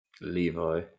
Levi